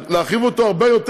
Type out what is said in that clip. להרחיב אותו הרבה יותר.